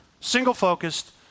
single-focused